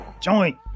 joint